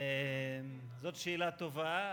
זאת שאלה טובה,